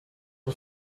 van